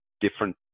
different